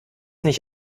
nicht